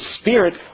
spirit